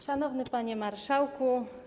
Szanowny Panie Marszałku!